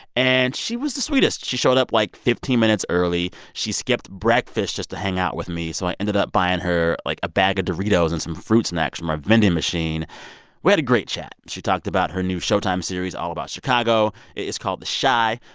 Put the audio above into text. and she was the sweetest. she showed up, like, fifteen minutes early. she skipped breakfast just to hang out with me, so i ended up buying her, like, a bag of doritos and some fruit snacks from a vending machine we had a great chat. she talked about her new showtime series all about chicago. it's called the chi,